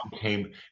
came